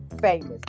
famous